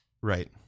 right